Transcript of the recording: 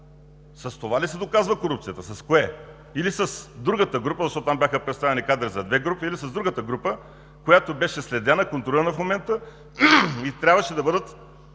С това ли се доказва корупцията?! С кое? Или с другата група, защото там бяха представени кадри за две групи, която беше следена, контролирана в момента и трябваше да бъдат